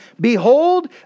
Behold